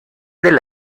del